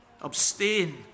...abstain